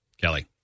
kelly